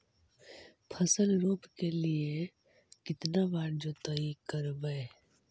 फसल रोप के लिय कितना बार जोतई करबय?